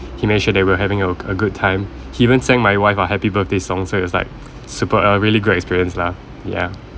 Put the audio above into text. he made sure that we're having a a good time he even sang my wife a happy birthday songs so it's like super a really great experience lah ya